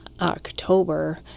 october